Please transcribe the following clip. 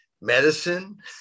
medicine